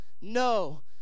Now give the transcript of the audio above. no